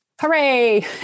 Hooray